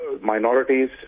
minorities